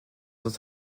sont